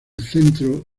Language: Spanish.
centro